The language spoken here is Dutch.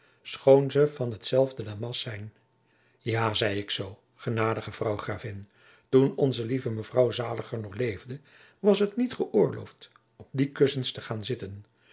ze van hetzelfde damast zijn ja zei ik zoo genadige vrouw gravin toen onze lieve mevrouw zaliger nog leefde was het niet geöorloofd op die kussens te gaan zitten